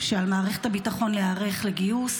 שעל מערכת הביטחון להיערך לגיוס